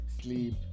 sleep